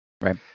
right